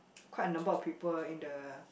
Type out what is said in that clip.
quite a number of people in the